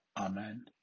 Amen